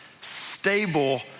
stable